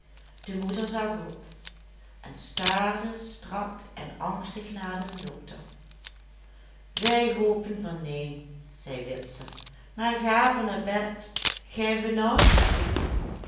de moeder zag op en staarde strak en angstig naar den dokter wij hopen van neen zei witse maar ga van het bed gij benauwt de zieke